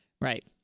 Right